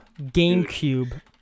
GameCube